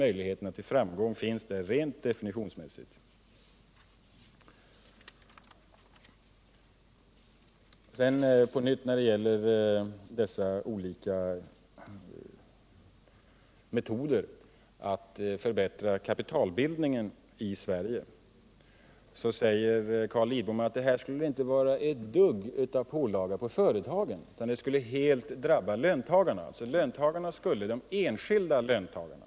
Möjligheterna till framgång finns sålunda där rent definitionsmässigt. När det gäller dessa olika metoder att förbättra kapitalbildningen i Sverige säger Carl Lidbom att det här inte skall utgöra någon typ av pålagor på företagen, utan att det helt skulle drabba de enskilda löntagarna.